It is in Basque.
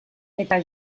eta